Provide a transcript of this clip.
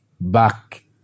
back